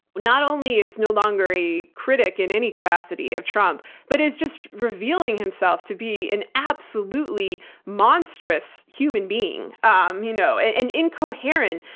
not only is no longer a critic in any capacity of trump, but is just revealing himself to be an absolutely monstrous human being. um you know and incoherent,